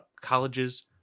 colleges